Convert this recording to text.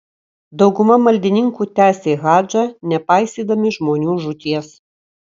dauguma maldininkų tęsė hadžą nepaisydami žmonių žūties